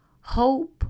hope